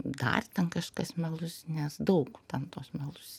dar ten kažkas meluzinės daug ten tos meluzinės